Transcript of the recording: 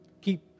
keep